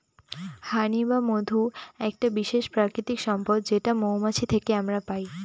হানি বা মধু একটা বিশেষ প্রাকৃতিক সম্পদ যেটা মৌমাছি থেকে আমরা পাই